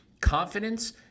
confidence